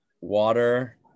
Water